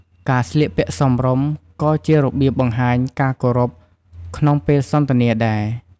ការស្លៀកពាក់សមរម្យ ក៏ជារបៀបបង្ហាញការគោរពក្នុងពេលសន្ទនាដែរ។